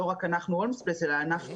לא רק אנחנו ב"הולמס פלייס" אלא הענף כולו.